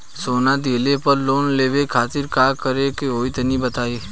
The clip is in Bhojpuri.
सोना दिहले पर लोन लेवे खातिर का करे क होई तनि बताई?